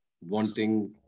wanting